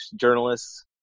journalists